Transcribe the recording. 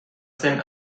zen